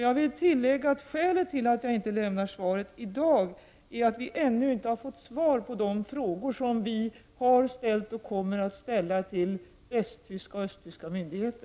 Jag vill tillägga att skälet till att jag inte lämnar svaret i dag är att vi ännu inte har fått svar på de frågor som vi har ställt, och kommer att ställa, till västtyska och östtyska myndigheter.